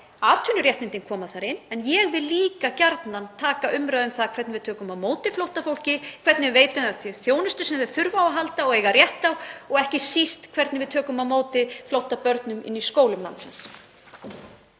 atvinnuréttindin koma þar inn. En ég vil líka gjarnan taka umræðu um það hvernig við tökum á móti flóttafólki, hvernig við veitum því þá þjónustu sem það þarf á að halda og á rétt á og ekki síst hvernig við tökum á móti flóttabörnum í skólum landsins.